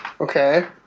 okay